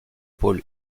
pôle